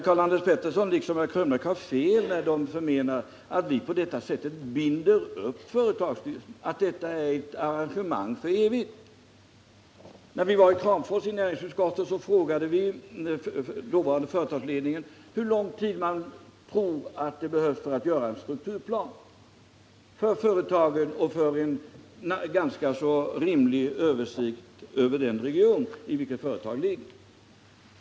Karl-Anders Petersson och Eric Krönmark har fel när de förmenar att vi på detta sätt binder upp företagens styrelser, att detta är ett arrangemang för evigt. När näringsutskottet var i Kramfors frågade vi den dåvarande företagsledningen hur lång tid man trodde att det behövdes för att upprätta en strukturplan, dels för företagen, dels för att få en rimlig översikt över den region i vilken företagen ligger.